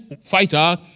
fighter